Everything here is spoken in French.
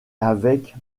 avec